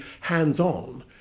hands-on